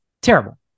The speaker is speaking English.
Terrible